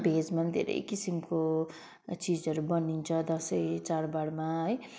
भेजमा पनि धेरै किसिमको चिजहरू बनिन्छ दसैँ चाडबाडमा है